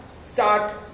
start